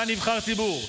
אתה נבחר ציבור.